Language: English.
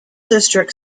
district